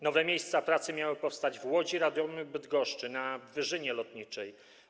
Nowe miejsca pracy miały powstać w Łodzi, Radomiu, Bydgoszczy na Wyżynie Lotniczej.